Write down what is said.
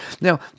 Now